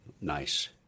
nice